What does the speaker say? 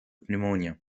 pneumonia